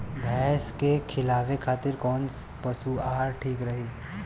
भैंस के खिलावे खातिर कोवन पशु आहार ठीक रही?